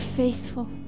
faithful